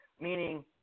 meaning